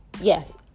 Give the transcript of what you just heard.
yes